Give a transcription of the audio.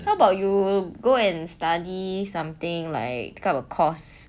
how about you go and study something like a type of course